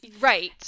right